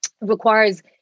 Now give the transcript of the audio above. requires